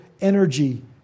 energy